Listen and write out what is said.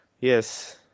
Yes